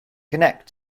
connect